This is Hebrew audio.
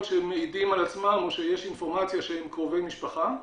שמעידים על עצמם או שיש אינפורמציה שיש קרובי משפחה,